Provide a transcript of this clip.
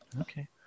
Okay